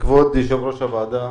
כבוד יושב-ראש הוועדה,